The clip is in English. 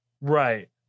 Right